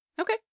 Okay